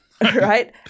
right